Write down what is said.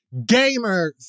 gamers